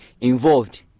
involved